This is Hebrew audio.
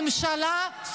הממשלה,